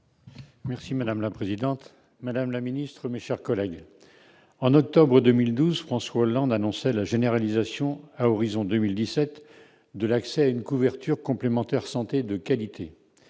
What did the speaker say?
Merci madame la présidente, Madame la Ministre, mes chers collègues, en octobre 2012 François Hollande annonçait la généralisation à horizon 2017 de l'accès à une couverture complémentaire santé de qualité,